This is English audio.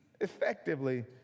effectively